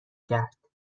کرد